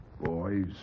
Boys